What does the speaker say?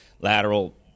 Lateral